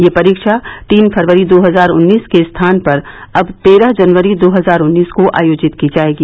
यह परीक्षा तीन फरवरी दो हजार उन्नीस के स्थान पर अब तेरह जनवरी दो हजार उन्नीस को आयोजित की जायेगी